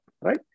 right